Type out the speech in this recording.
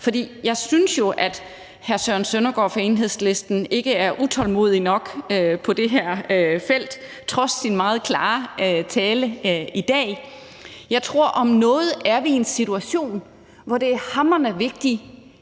For jeg synes jo, at hr. Søren Søndergaard fra Enhedslisten ikke er utålmodig nok på det her felt trods sin meget klare tale i dag. Jeg tror om noget, at vi er i en situation, hvor det er hamrende vigtigt,